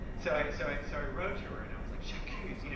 so i, so i, so i wrote to her, and i was like, j'accuse! you know